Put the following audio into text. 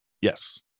Yes